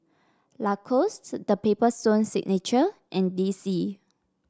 Lacoste The Paper Stone Signature and D C